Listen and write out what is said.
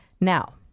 Now